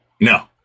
No